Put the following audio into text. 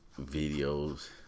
videos